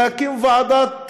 להקים ועדת חקירה,